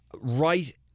Right